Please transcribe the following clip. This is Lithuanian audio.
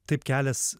taip kelias